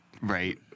right